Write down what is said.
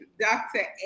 dr